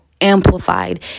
amplified